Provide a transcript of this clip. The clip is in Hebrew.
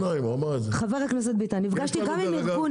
חבר הכנסת ביטן נפגשתי גם עם ארגון